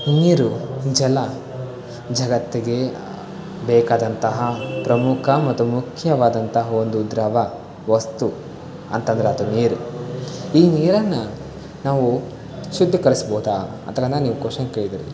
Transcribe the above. ನೀರು ಜಲ ಜಗತ್ತಿಗೆ ಬೇಕಾದಂತಹ ಪ್ರಮುಖ ಮತ್ತು ಮುಖ್ಯವಾದಂತಹ ಒಂದು ದ್ರವ ವಸ್ತು ಅಂತಂದರೆ ಅದು ನೀರು ಈ ನೀರನ್ನು ನಾವು ಶುದ್ಧೀಕರಿಸ್ಬೋದಾ ಆ ಥರನ ನೀವು ಕ್ವಷನ್ ಕೇಳಿದ್ದೀರಿ